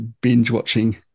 binge-watching